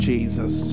Jesus